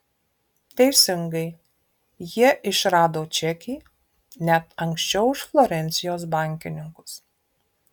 teisingai jie išrado čekį net anksčiau už florencijos bankininkus